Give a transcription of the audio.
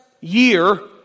year